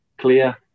clear